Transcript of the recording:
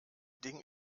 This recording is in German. ding